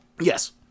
Yes